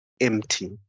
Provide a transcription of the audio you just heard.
empty